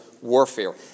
warfare